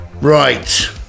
Right